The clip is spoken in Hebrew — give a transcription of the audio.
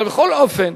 אבל בכל אופן